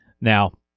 Now